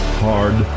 hard